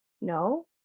no